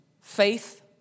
faith